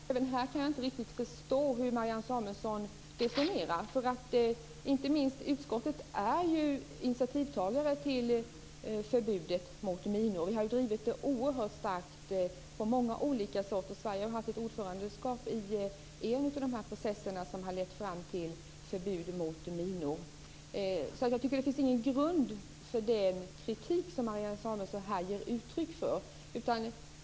Herr talman! Även här kan jag inte riktigt förstå Marianne Samuelssons definition. Inte minst utskottet är initiativtagare till förbudet mot minor. Vi har drivit frågan oerhört starkt på många olika sätt. Jag har varit ordförande i en av processerna som har lett fram till förbud mot minor. Det finns ingen grund för den kritik som Marianne Samuelsson ger uttryck för.